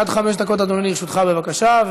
עד חמש דקות, אדוני, לרשותך, בבקשה.